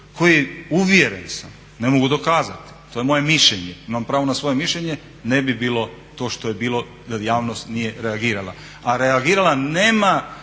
koji uvjeren sam, ne mogu dokazati, to je moje mišljenje, imam pravo na svoje mišljenje, ne bi bilo to što je bilo da javnost nije reagirala. Ja nisam